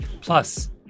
Plus